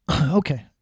Okay